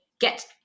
get